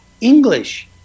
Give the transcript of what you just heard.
English